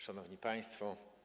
Szanowni Państwo!